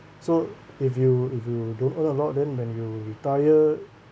so if you if you don't earn a lot then when you retire